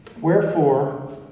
Wherefore